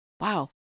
wow